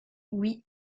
oui